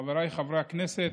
חבריי חברי הכנסת,